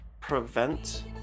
prevent